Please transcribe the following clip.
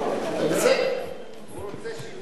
הוא רוצה שיוציאו אותו.